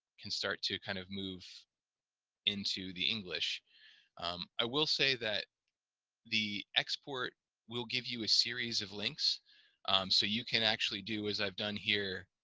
can start to kind of move into the english i will say that the export will give you a series of links so you can actually do as i've done here